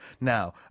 Now